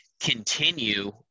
continue